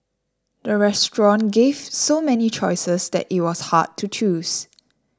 the restaurant gave so many choices that it was hard to choose